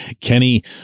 Kenny